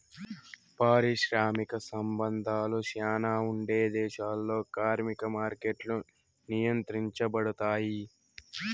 పారిశ్రామిక సంబంధాలు శ్యానా ఉండే దేశాల్లో కార్మిక మార్కెట్లు నియంత్రించబడుతాయి